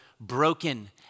broken